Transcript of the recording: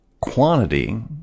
quantity